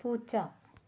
പൂച്ച